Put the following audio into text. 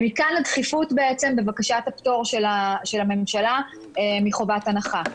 ומכאן הדחיפות בבקשת הפטור של הממשלה מחובת הנחה.